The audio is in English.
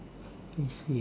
I see